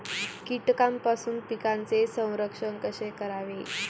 कीटकांपासून पिकांचे संरक्षण कसे करावे?